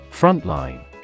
Frontline